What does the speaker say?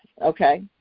Okay